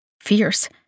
fierce